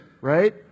right